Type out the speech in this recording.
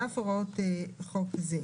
על אף הוראות חוק זה.